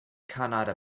kannada